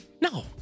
No